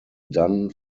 done